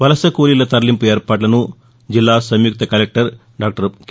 వలస కూలీల తరలింపు ఏర్పాట్లను జిల్లా సంయుక్త కలెక్టర్ డాక్టర్ కె